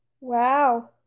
Wow